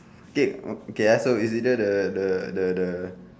okay okay ah so it's either the the the the